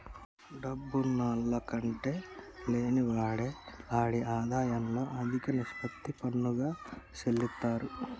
డబ్బున్నాల్ల కంటే లేనివాడే ఆడి ఆదాయంలో అదిక నిష్పత్తి పన్నుగా సెల్లిత్తారు